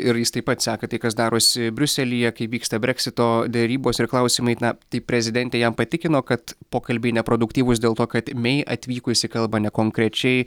ir jis taip pat seka tai kas darosi briuselyje kaip vyksta breksito derybos ir klausimai na tai prezidentė jam patikino kad pokalbiai neproduktyvūs dėl to kad mei atvykusi kalba nekonkrečiai